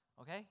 okay